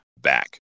back